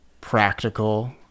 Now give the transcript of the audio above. practical